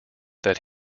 that